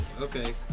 Okay